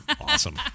awesome